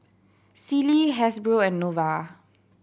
Sealy Hasbro and Nova